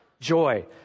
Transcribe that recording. Joy